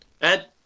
Ed